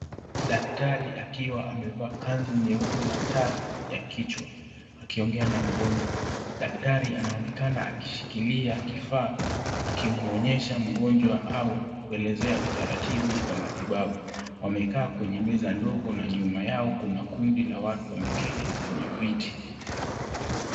Daktari akiwa amevaa kanzu nyeupe na taa ya kichwa, akiongea na mgonjwa. Daktari anaonekana akishikilia kifaa, akimuonyesha mgonjwa au kuelezea utaratibu wa matibabu. Wamekaa kwenye meza ndogo na nyuma yao kuna kundi la watu wameketi kwenye viti.